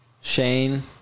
Shane